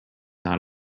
not